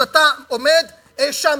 אז אתה עומד, האשמת.